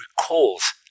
recalls